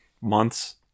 Months